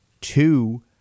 two